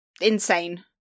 insane